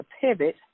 pivot